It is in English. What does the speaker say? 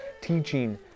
teaching